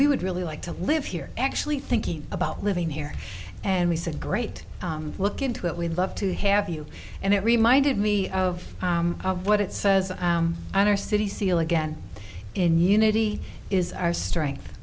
we would really like to live here actually thinking about living here and we said great look into it we'd love to have you and it reminded me of what it says on our city seal again in unity is our strength